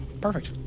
Perfect